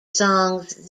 songs